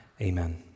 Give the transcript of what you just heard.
Amen